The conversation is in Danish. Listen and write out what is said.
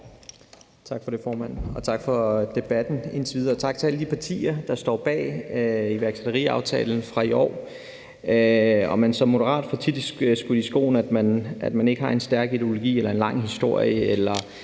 Tak for det, formand. Tak for debatten indtil videre, og tak til alle de partier, der står bag iværksætteriaftalen fra i år. Som moderat får man tit skudt i skoene, at man ikke har en stærk ideologi eller en lang historie, eller